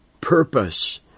purpose